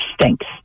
stinks